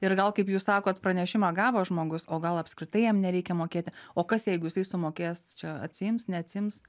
ir gal kaip jūs sakot pranešimą gavo žmogus o gal apskritai jam nereikia mokėti o kas jeigu jisai sumokės čia atsiims neatsiims